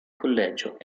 collegio